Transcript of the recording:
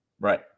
Right